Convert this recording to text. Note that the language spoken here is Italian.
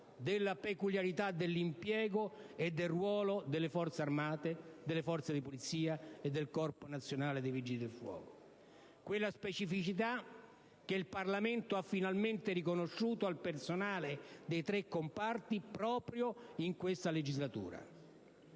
della peculiarità dell'impiego e del ruolo delle Forze armate, delle Forze di polizia e del Corpo nazionale dei vigili del fuoco: quella specificità che il Parlamento ha finalmente riconosciuto al personale dei tre comparti proprio in questa legislatura.